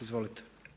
Izvolite.